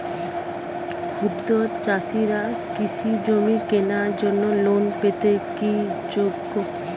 ক্ষুদ্র চাষিরা কৃষিজমি কেনার জন্য লোন পেতে কি যোগ্য?